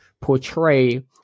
portray